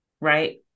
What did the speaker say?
right